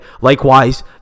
Likewise